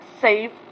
save